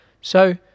So